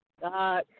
God